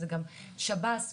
שב"ס,